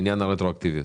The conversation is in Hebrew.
לעניין הרטרואקטיביות.